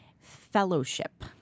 fellowship